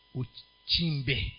uchimbe